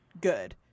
good